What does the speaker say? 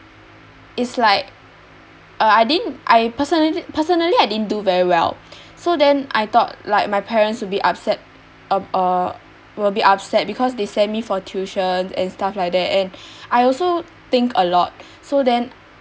is like uh I didn't I personally personally I didn't do very well so then I thought like my parents will be upset uh uh will be upset because they send me for tuition and stuff like that and I also think a lot so then